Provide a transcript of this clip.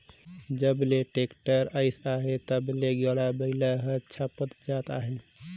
जब ले टेक्टर अइस अहे तब ले गाड़ा बइला हर छपत जात अहे